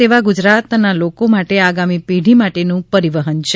સેવા ગુજરાતના લોકો માટે આગામી પેઢી માટેનું પરિવહન છે